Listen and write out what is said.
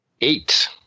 Eight